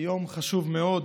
יום חשוב מאוד,